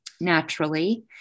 naturally